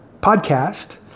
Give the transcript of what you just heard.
podcast